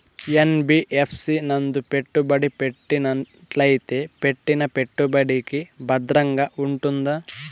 NBFC నందు పెట్టుబడి పెట్టినట్టయితే పెట్టిన పెట్టుబడికి భద్రంగా ఉంటుందా?